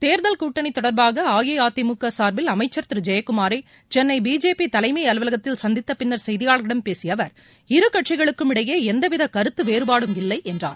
தேர்தல் கூட்டணி தொடர்பாக அஇஅதிமுக சார்பில் அமைச்சர் திரு ஜெயக்குமாரை சென்னை பிஜேபி தலைம் அலுவலகத்தில் சந்தித்தபின்னர் செய்தியாளர்களிடம் பேசிய அவர் இரு கட்சிகளுக்கும் இடையே எந்தவித கருத்து வேறபாடும் இல்லையென்றார்